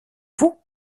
vous